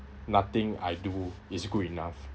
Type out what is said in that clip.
nothing I do is good enough